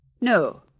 No